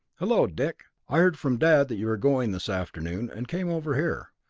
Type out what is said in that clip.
hello, dick! i heard from dad that you were going this afternoon, and came over here.